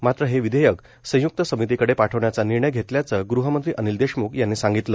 मात्र हे विधेयक संयुक्त समितीकडे पाठवण्याचा निर्णय घेतल्याचं गृहमंत्री अनिल देशमुख यांनी सांगितलं